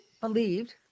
believed